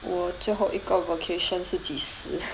我最后一个 vocation 是几时